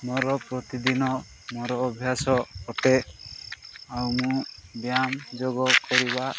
ମୋର ପ୍ରତିଦିନ ମୋର ଅଭ୍ୟାସ ଅଟେ ଆଉ ମୁଁ ବୟାମ ଯୋଗ କରିବା